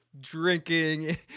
drinking